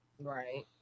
Right